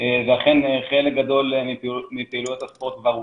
ואכן חלק גדול מפעילויות הספורט כבר הותר.